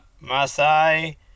Masai